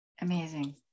Amazing